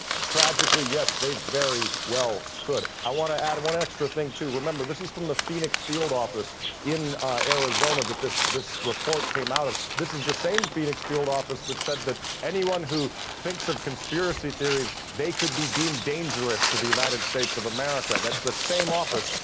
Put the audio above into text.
tragically, yes. they very well could. i want to add one extra thing to remember. this is from the phoenix field office in arizona that this, this report came out of. this is the same phoenix field office that said that anyone who thinks of conspiracy theories, they could be deemed dangerous to the united states of america that's the same office.